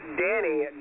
Danny